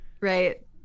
Right